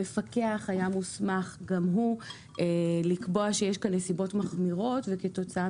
מפקח היה מוסמך גם הוא לקבוע שיש כאן נסיבות מחמירות וכתוצאה